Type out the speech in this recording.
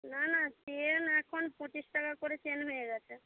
না না চেন এখন পঁচিশ টাকা করে চেন হয়ে গেছে